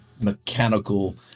mechanical